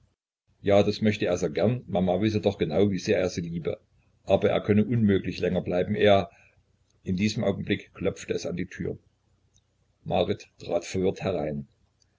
ja das möchte er sehr gern mama wisse doch genau wie sehr er sie liebe aber er könne unmöglich länger bleiben er in diesem augenblick klopfte es an die tür marit trat verwirrt herein